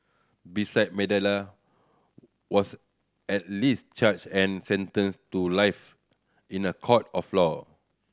besides Mandela was at least charged and sentenced to life in a court of law